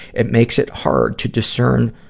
it makes it hard to discern,